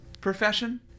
profession